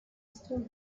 still